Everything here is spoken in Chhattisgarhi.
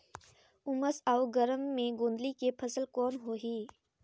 उमस अउ गरम मे गोंदली के फसल कौन होही?